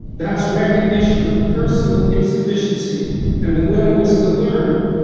that's recognition of personal insufficiency and the willingness to learn